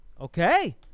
Okay